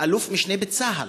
לאלוף-משנה בצה"ל.